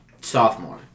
sophomore